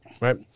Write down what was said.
right